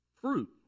fruit